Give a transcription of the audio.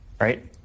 right